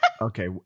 Okay